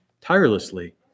tirelessly